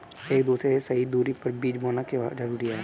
एक दूसरे से सही दूरी पर बीज बोना क्यों जरूरी है?